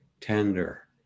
tender